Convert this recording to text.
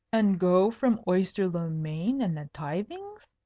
and go from oyster-le-main and the tithings?